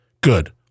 good